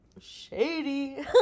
Shady